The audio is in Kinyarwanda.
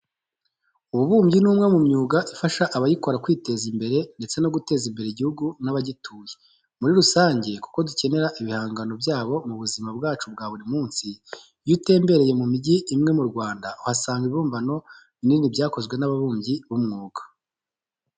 Ububumbyi ni umwe mu myuga ifasha abayikora kwiteza imbere ndetse no guteza imbere igihugu n'abagituye muri rusange kuko dukenera ibihangano byabo mu buzima bwacu bwa buri munsi. Iyo utembereye mu migi imwe mu Rwanda, uhasanga ibibumbano binini byakozwe n'ababumbyi b'umwuga.